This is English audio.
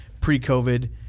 pre-COVID